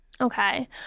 Okay